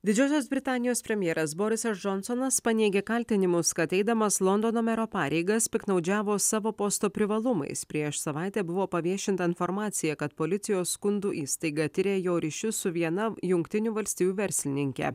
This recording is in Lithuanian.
didžiosios britanijos premjeras borisas džonsonas paneigė kaltinimus kad eidamas londono mero pareigas piktnaudžiavo savo posto privalumais prieš savaitę buvo paviešinta informacija kad policijos skundų įstaiga tiria jo ryšius su viena jungtinių valstijų verslininke